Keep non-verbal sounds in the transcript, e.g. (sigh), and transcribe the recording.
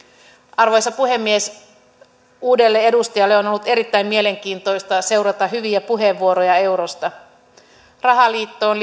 arvoisa puhemies uudelle edustajalle on on ollut erittäin mielenkiintoista seurata hyviä puheenvuoroja eurosta rahaliittoon (unintelligible)